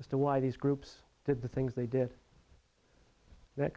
as to why these groups did the things they did that